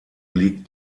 liegt